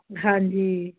ਹਾਂਜੀ